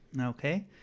Okay